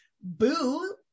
Boo